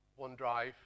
OneDrive